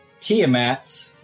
Tiamat